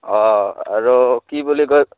অঁ আৰু কি বুলি কয়